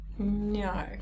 No